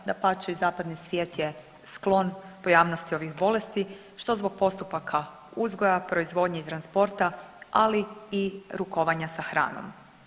Dapače i zapadni svijet je sklon pojavnosti ovih bolesti što zbog postupaka uzgoja, proizvodnje i transporta, ali i rukovanja sa hranom.